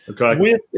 Okay